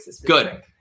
good